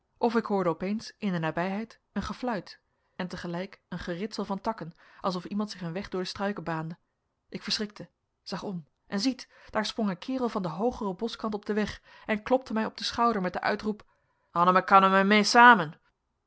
of ik hoorde opeens in de nabijheid een gefluit en te gelijk een geritsel van takken alsof iemand zich een weg door de struiken baande ik verschrikte zag om en ziet daar sprong een kerel van den hoogeren boschkant op den weg en klopte mij op den schouder met den uitroep annemekanneme